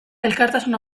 elkartasun